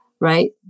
right